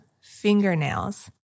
fingernails